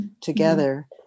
together